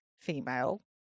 female